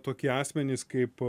tokie asmenys kaip